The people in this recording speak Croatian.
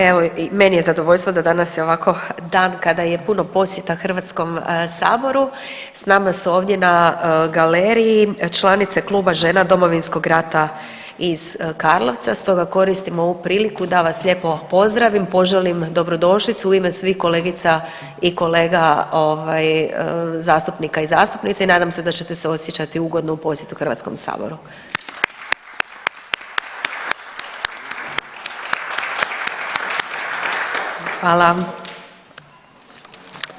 Evo i meni je zadovoljstvo da danas evo ovako dan kada je puno posjeta Hrvatskom saboru, s nama su ovdje na galeriji članice Kluba žena Domovinskog rata iz Karlovca, stoga koristim ovu priliku da vas lijepo pozdravim, poželim dobrodošlicu u ime svih kolegica i kolega ovaj zastupnika i zastupnica i nadam se da ćete se osjećati ugodno u posjetu Hrvatskom saboru. Hvala.